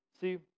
See